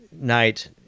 night